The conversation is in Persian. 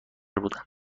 بودم